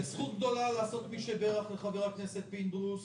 זו זכות גדולה לעשות "מי שברך" לחבר הכנסת פינדרוס